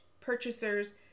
purchasers